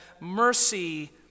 mercy